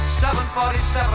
747